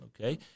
Okay